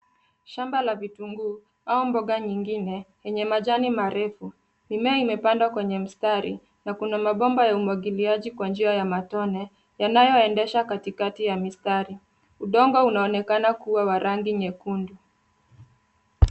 Shamba la vitunguu, au mboga nyingine yenye majani marefu. Mimea imepandwa kwenye mstari na kuna mabomba ya umwagiliaji kwa njia ya matone yanayoendesha katikati ya mistari. Udongo unaonekana kuwa wa rangi nyekundu.